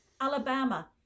Alabama